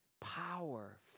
power